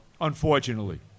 Unfortunately